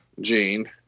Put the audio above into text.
Gene